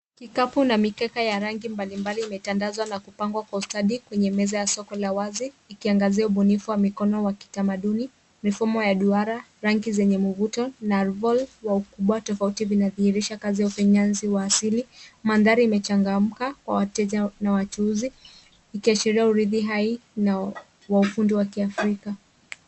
Kikapu na mikeka ya rangi mbalimbali imetandazwa na kupangwa kwa ustadi kwenye meza ya soko la wazi ikiangazia ubunifu wa mikono wa kitamaduni, mifumo ya duara, rangi zenye mvuto na volv vya ukubwa tofauti vinadhihirisha kazi ya ufinyanzi wa asili. Mandhari imechangamka kwa wateja na wachuuzi ikiashiria urithi hai na wa ufundi wa kiafrika.